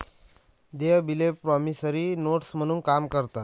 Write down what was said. देय बिले promissory notes म्हणून काम करतात